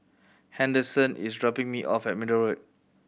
Henderson is dropping me off at Middle Road